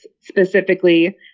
specifically